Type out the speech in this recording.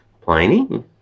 Pliny